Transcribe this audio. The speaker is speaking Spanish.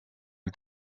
del